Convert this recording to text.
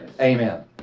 Amen